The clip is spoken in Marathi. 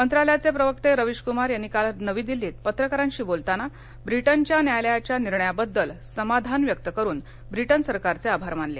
मंत्रालयाचे प्रवक्ते रविश कुमार यांनी काल नवी दिल्लीत पत्रकारांशी बोलताना ब्रिटनच्या न्यायालयाच्या निर्णयाबद्दल समाधान व्यक्त करून ब्रिटन सरकारचे आभार मानले